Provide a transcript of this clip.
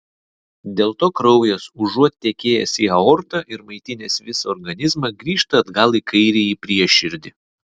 dėl to kraujas užuot tekėjęs į aortą ir maitinęs visą organizmą grįžta atgal į kairįjį prieširdį